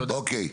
אוקיי.